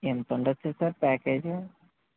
ఎంత ఉండొచ్చు sir package